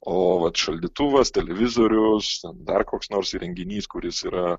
o vat šaldytuvas televizorius dar koks nors renginys kuris yra